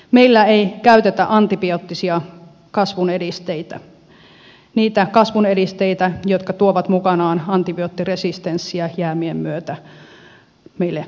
meillä ei käytetä antibioottisia kasvun edisteitä niitä kasvun edisteitä jotka tuovat mukanaan antibioottiresistenssiä jäämien myötä meille kuluttajille